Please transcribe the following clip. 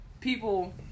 people